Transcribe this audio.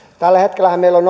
tällä hetkellähän meillä on